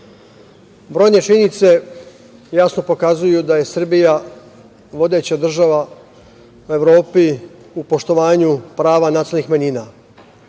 brojne činjenice jasno pokazuju da je Srbija vodeća država u Evropi u poštovanju prava nacionalnih manjina.